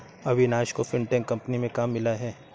अविनाश को fintech company में काम मिला है